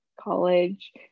college